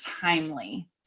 timely